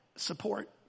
Support